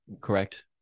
correct